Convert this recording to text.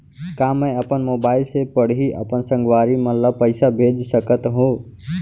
का मैं अपन मोबाइल से पड़ही अपन संगवारी मन ल पइसा भेज सकत हो?